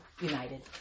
united